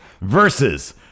Versus